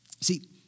See